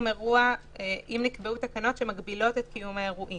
אירוע אם נקבעו תקנות שמגבילות את קיום האירועים.